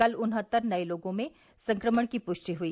कल उन्हत्तर नए लोगों में संक्रमण की पुष्टि हुई